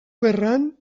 gerran